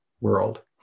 world